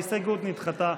ההסתייגות נדחתה.